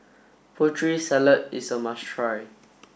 Putri Salad is a must try